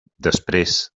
després